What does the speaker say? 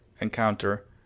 encounter